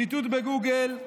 שיטוט בגוגל: